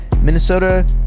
Minnesota